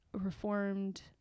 reformed